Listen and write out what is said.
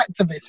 activists